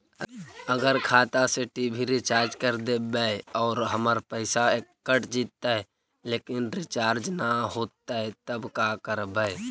अगर खाता से टी.वी रिचार्ज कर देबै और हमर पैसा कट जितै लेकिन रिचार्ज न होतै तब का करबइ?